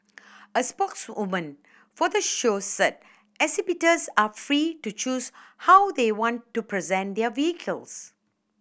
a spokeswoman for the show said exhibitors are free to choose how they want to present their vehicles